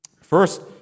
First